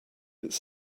its